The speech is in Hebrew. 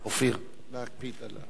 אופיר, נא להקפיד על,